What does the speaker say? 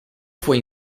fue